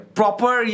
proper